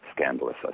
scandalous